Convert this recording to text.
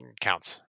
counts